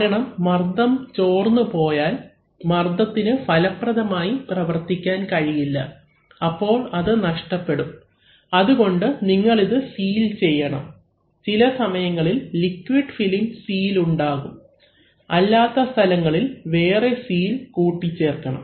കാരണം മർദ്ദം ചോർന്നു പോയാൽ മർദ്ദനത്തിന് ഫലപ്രദമായി പ്രവർത്തിക്കാൻ കഴിയില്ല അപ്പോൾ അത് നഷ്ടപ്പെടും അതുകൊണ്ട് നിങ്ങൾ ഇത് സീൽ ചെയ്യണം ചില സമയങ്ങളിൽ ലിക്വിഡ് ഫിലിം സീൽ ഉണ്ടാക്കും അല്ലാത്ത സ്ഥലങ്ങളിൽ വേറെ സീൽ കൂട്ടിച്ചേർക്കണം